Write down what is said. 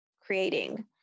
creating